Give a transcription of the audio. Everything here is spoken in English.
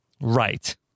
Right